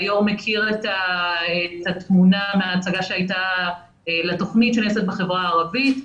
היושב ראש מכיר את התמונה מההצגה שהייתה לתוכנית שנעשית בחברה הערבית.